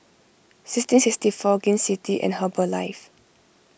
sixteen sixty four Gain City and Herbalife